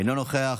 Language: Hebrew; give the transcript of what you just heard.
אינו נוכח,